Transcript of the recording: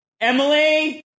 Emily